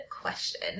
question